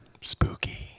Spooky